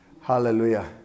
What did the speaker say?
Hallelujah